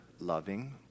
loving